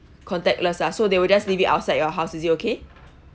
contactless ah so they will just leave it outside your house is it okay